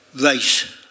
race